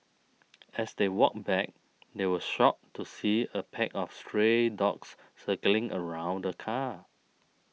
as they walked back they were shocked to see a pack of stray dogs circling around the car